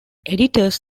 editors